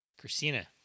Christina